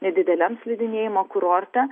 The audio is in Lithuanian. nedideliam slidinėjimo kurorte